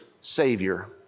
Savior